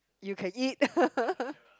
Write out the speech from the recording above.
you can eat